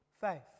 faith